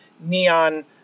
neon